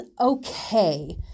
okay